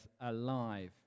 alive